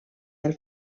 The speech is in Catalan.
del